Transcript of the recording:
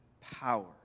power